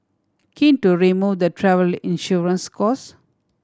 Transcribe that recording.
keen to remove the travelly insurance costs